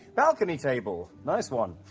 balcony table, nice one!